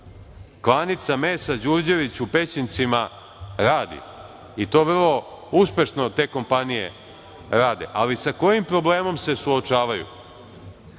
Klanica mesa Đurđević u Pećincima radi. Vrlo uspešno te kompanije rade, ali sa kojim problemom se suočavaju?